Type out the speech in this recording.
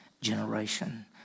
generation